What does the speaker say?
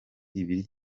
ibiri